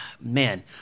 man